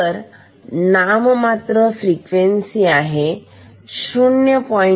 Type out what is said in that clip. तर नाममात्र फ्रिक्वेन्सी आहे 0